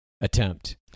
attempt